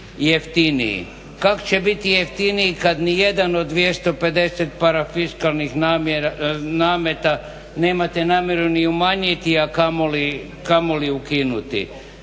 jeftiniji. Kako će biti jeftiniji kad nijedan od 250 parafiskalnih nameta nemate namjeru ni umanjiti, a kamoli ukinuti?